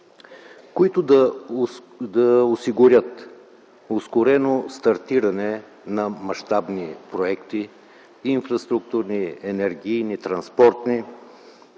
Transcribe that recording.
които да осигурят ускорено стартиране на мащабни проекти – инфраструктурни, енергийни, транспортни,